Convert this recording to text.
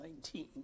2019